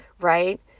right